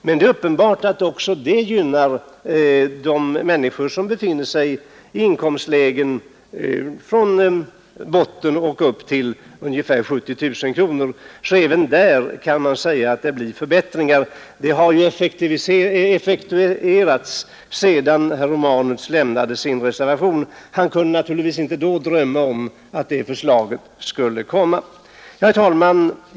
Det är uppenbart att också det förslaget gynnar dem som befinner sig i inkomstlägen från botten och upp till ungefär 70 000 kronor. Även där blir det alltså förbättringar. Det förslaget har dock tillkommit sedan herr Romanus skrev sin reservation, och han kunde givetvis då inte drömma om att det förslaget nu skulle läggas fram. Herr talman!